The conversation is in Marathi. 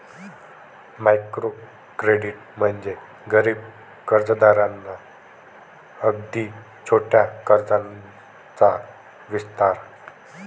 मायक्रो क्रेडिट म्हणजे गरीब कर्जदारांना अगदी छोट्या कर्जाचा विस्तार